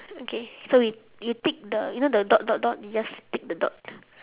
okay so we you tick the you know the dot dot dot you just tick the dot